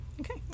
okay